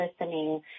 listening